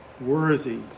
worthy